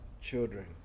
children